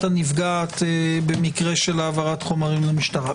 הנפגעת במקרה של העברת חומרים למשטרה.